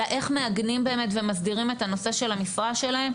אלא איך מעגנים ומסדירים את הנושא של המשרה שלהם,